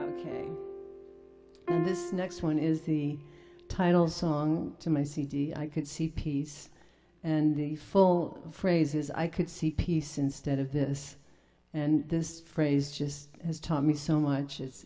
and this next one is the title song to my cd i could see piece and the full phrases i could see peace instead of this and this phrase just has taught me so much